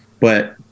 but-